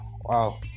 Wow